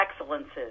excellences